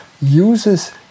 uses